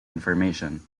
information